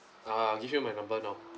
ah give you my number now